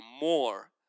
more